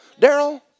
Daryl